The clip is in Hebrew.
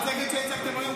זו מצגת שהצגתם היום.